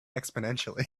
exponentially